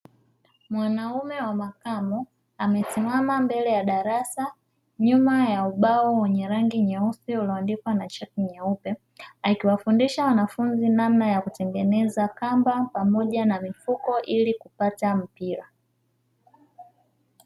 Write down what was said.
Mwanaume wa makamo amesimama mbele ya darasa nyuma ya ubao wenye rangi nyeusi ulioandikwa na chaki nyeupe, akiwafundisha wanafunzi namna ya kutengeneza kamba pamoja na mifuko ili kupata mpira.